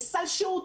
יש סל שירותים,